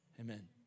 amen